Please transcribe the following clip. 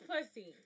pussy